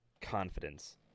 confidence